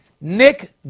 Nick